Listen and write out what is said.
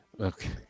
Okay